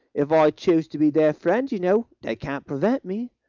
if i choose to be their friend, you know, they can't prevent me.